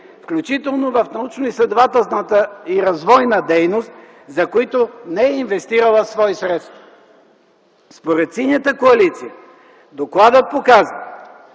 включително в научноизследователската и развойна дейност, за които не е инвестирала свои средства. Според Синята коалиция докладът показва,